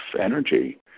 energy